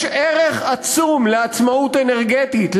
יש ערך עצום לעצמאות אנרגטית,